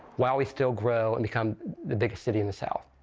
while we still grow and become the biggest city in the south.